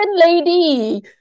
lady